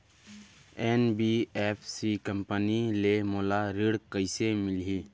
NBFC company ले मोला ऋण कइसे मिलही?